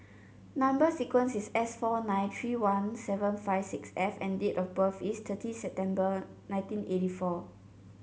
number sequence is S four nine three one seven five six F and date of birth is thirty September nineteen eighty four